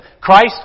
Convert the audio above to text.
Christ